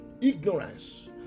Ignorance